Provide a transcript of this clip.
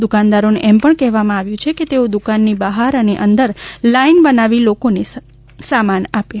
દુકાનદારોને એમ પણ કહેવામાં આવ્યું છે કે તેઓ દુકાનની બહાર અને અંદર લાઇન બનાવીને લોકોને સામાન આપે